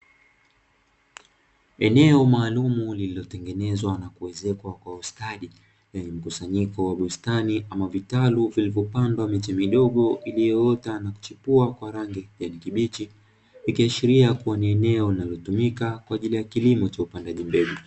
Eneo maalumu lililotengenezwa na kuezekwa kwa ustadi lenye mkusanyiko wa bustani, ama vitalu vilivyopandwa miche midogo iliyoota na kuchipua kwa rangi ya kijani kibichi, ikiashiria kwa ni eneo linalotumika kwa ajili ya kilimo cha upandaji mbegu.